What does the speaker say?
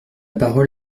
parole